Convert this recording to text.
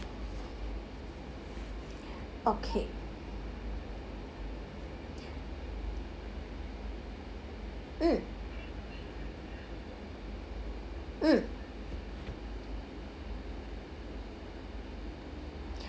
okay mm mm